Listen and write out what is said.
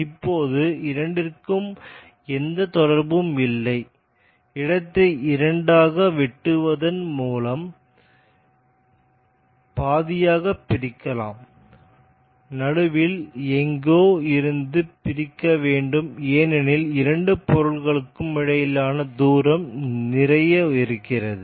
இப்போது இரண்டிற்கும் எந்த தொடர்பும் இல்லை இடத்தை 2 ஆக வெட்டுவதன் மூலம் பாதியாக பிரிக்கலாம் நடுவில் எங்கோ இருந்து பிரிக்க வேண்டும் ஏனெனில் இரண்டு பொருள்களுக்கு இடையிலான தூரம் நிறைய இருக்கிறது